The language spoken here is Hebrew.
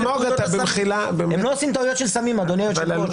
לא עושים טעויות של סמים, אדוני היושב-ראש.